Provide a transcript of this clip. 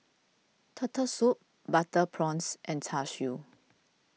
Turtle Soup Butter Prawns and Char Siu